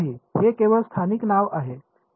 हे केवळ स्थानिक नाव आहे